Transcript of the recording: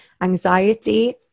anxiety